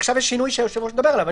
עכשיו יש שינוי שהיושב-ראש מדבר עליו.